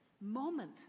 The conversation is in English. moment